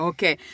Okay